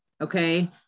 okay